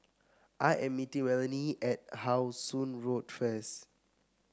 I am meeting Melonie at How Song Road first